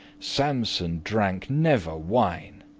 samson drank never wine.